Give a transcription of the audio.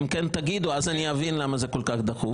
אם כן תגידו, אז אני אבין למה זה כל כך דחוף.